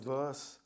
verse